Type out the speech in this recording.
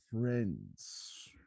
friends